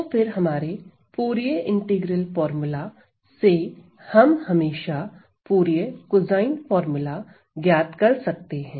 तो फिर हमारे फूरिये इंटीग्रल फॉर्मूला से हम हमेशा फूरिये कोसाइन फार्मूला ज्ञात कर सकते हैं